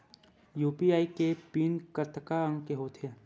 UPI के PIN कतका अंक के होथे?